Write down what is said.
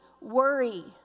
worry